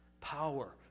Power